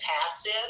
passive